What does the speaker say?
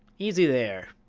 easy there!